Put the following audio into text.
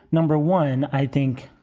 number one, i think,